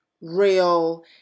real